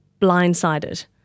blindsided